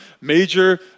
major